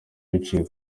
biciye